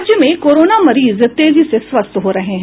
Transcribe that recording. राज्य में कोरोना मरीज तेजी से स्वस्थ हो रहे हैं